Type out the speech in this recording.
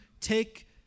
take